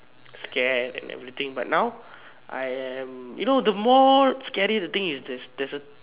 scared and everything but now I am you know the more scary the thing is there's there's a